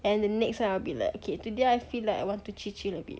and the next time I'll be like okay today I feel like I want to chill chill a bit